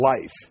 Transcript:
life